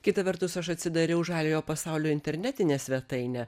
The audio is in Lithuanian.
kita vertus aš atsidariau žaliojo pasaulio internetinę svetainę